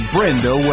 Brenda